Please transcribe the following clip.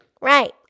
Right